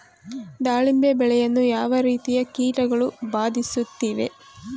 ದಾಳಿಂಬೆ ಬೆಳೆಯನ್ನು ಯಾವ ರೀತಿಯ ಕೀಟಗಳು ಬಾಧಿಸುತ್ತಿವೆ?